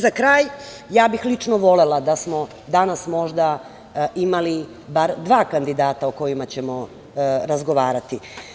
Za kraj, ja bih lično volela da smo danas možda, imali bar dva kandidata o kojima ćemo razgovarati.